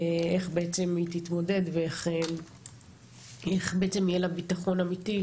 איך בעצם היא תתמודד ואיך יהיה לה בטחון אמיתי,